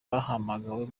bahamagawe